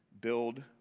build